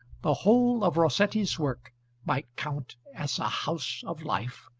the whole of rossetti's work might count as a house of life,